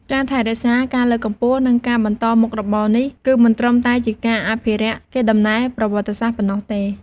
ការថែរក្សា ការលើកកម្ពស់ និងការបន្តមុខរបរនេះ គឺមិនត្រឹមតែជាការអភិរក្សកេរដំណែលប្រវត្តិសាស្រ្តប៉ុណ្ណោះទេ។